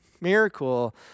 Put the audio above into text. miracle